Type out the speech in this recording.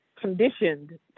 conditioned